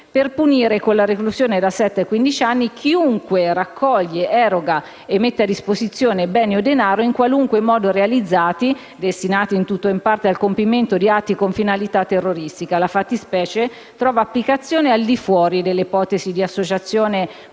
È punito con la reclusione da sette a quindici anni chiunque raccolga, eroghi o metta a disposizione beni o denaro, in qualunque modo realizzati, destinati - in tutto o parte - al compimento di atti con finalità terroristica. La fattispecie penale trova applicazione al di fuori delle ipotesi di associazione con